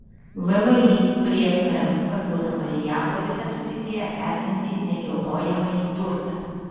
vmi prie fm parduoda marijampolės apskrityje esantį nekilnojamąjį turtą